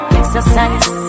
exercise